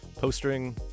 postering